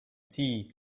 tea